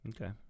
Okay